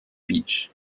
beach